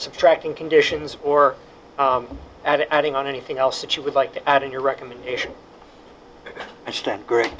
subtracting conditions or adding on anything else that you would like to add in your recommendation i stand